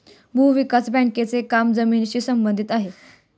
भूविकास बँकेचे काम जमिनीशी संबंधित आहे